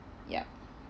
yup